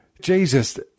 Jesus